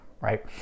right